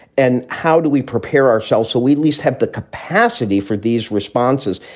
and how do we prepare ourselves? so we'd least have the capacity for these responses?